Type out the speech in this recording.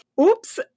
Oops